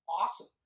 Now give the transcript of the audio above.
Awesome